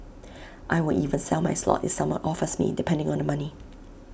I will even sell my slot if someone offers me depending on the money